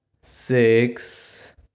six